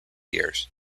years